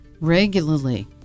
regularly